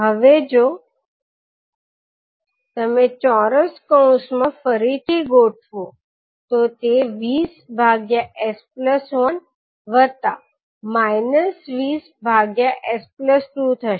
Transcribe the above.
હવે જો તમે ચોરસ કૌંસમાં ટર્મ ફરીથી ગોઠવો તો તે 20s1 20s2 થશે